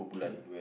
okay